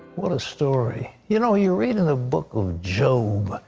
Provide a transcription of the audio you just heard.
what a story. you know, you read in the book of job,